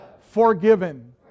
forgiven